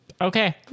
Okay